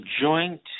joint